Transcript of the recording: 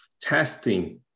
testing